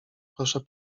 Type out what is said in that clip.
proszę